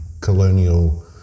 colonial